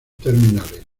terminales